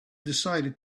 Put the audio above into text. decided